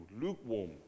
lukewarm